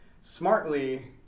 smartly